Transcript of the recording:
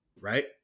right